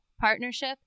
partnership